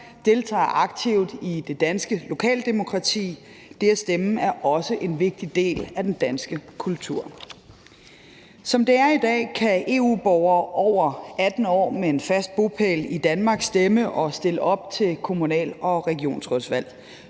deltager aktivt i det danske lokaldemokrati. Det at stemme er også en vigtig del af den danske kultur. Som det er i dag, kan EU-borgere over 18 år med en fast bopæl i Danmark stemme og stille op til kommunal- og regionsudvalg,